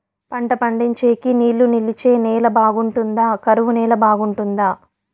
పంట పండించేకి నీళ్లు నిలిచే నేల బాగుంటుందా? కరువు నేల బాగుంటుందా?